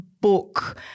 book